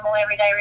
everyday